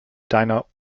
deiner